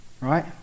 Right